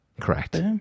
Correct